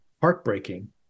heartbreaking